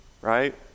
right